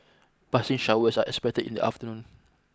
passing showers are expected in the afternoon